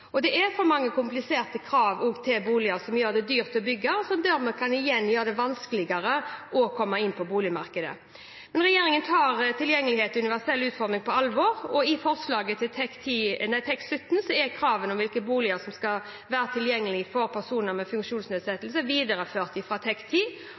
og tydeligere regelverk, som bidrar til reduserte byggekostnader. Det er for mange kompliserte krav til boliger, som gjør det dyrt å bygge, og som dermed kan gjøre det vanskeligere å komme seg inn på boligmarkedet. Regjeringen tar tilgjengelighet og universell utforming på alvor, og i forslaget til ny TEK17 er kravene til hvilke boliger som skal være tilgjengelig for personer med